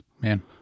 Man